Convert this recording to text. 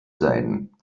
sein